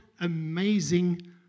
amazing